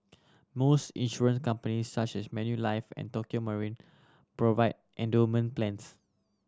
most insurance companies such as Manulife and Tokio Marine provide endowment plans